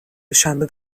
شنبه